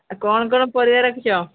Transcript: କ'ଣ କ'ଣ ପରିବା ରଖିଛ